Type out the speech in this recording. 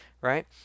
right